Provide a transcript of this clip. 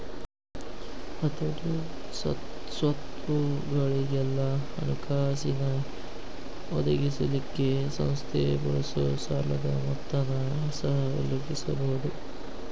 ಹತೋಟಿ, ಸ್ವತ್ತುಗೊಳಿಗೆಲ್ಲಾ ಹಣಕಾಸಿನ್ ಒದಗಿಸಲಿಕ್ಕೆ ಸಂಸ್ಥೆ ಬಳಸೊ ಸಾಲದ್ ಮೊತ್ತನ ಸಹ ಉಲ್ಲೇಖಿಸಬಹುದು